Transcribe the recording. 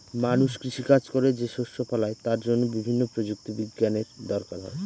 মানুষ কৃষি কাজ করে যে শস্য ফলায় তার জন্য বিভিন্ন প্রযুক্তি বিজ্ঞানের দরকার হয়